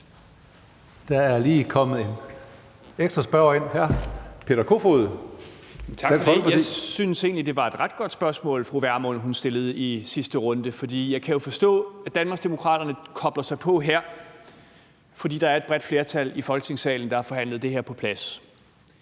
Peter Kofod, Dansk Folkeparti. Kl. 16:30 Peter Kofod (DF): Tak for det. Jeg synes egentlig, det var et rigtig godt spørgsmål, fru Pernille Vermund stillede i sidste runde, for jeg kan jo forstå, at Danmarksdemokraterne kobler sig på her, fordi der er et bredt flertal i Folketingssalen, der har forhandlet det her på plads.